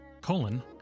colon